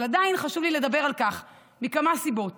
אבל עדיין חשוב לי לדבר על כך, מכמה סיבות.